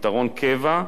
פתרון קבע,